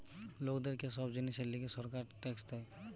লোকদের কে সব জিনিসের লিগে সরকারকে ট্যাক্স দিতে হয়